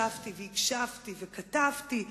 ישבתי והקשבתי וכתבתי.